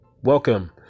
welcome